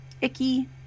Icky